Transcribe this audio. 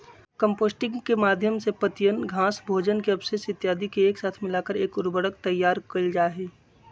composting के माध्यम से पत्तियन, घास, भोजन के अवशेष इत्यादि के एक साथ मिलाकर एक उर्वरक तैयार कइल जाहई